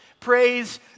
Praise